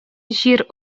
җир